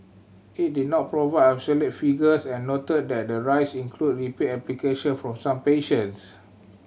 it did not provide absolute figures and noted that the rise include repeat application from some patients